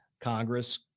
Congress